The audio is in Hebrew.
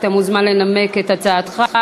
אתה מוזמן לנמק את הצעתך,